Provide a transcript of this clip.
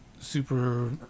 super